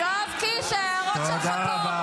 ואני אומרת לכם -- אתה בושה.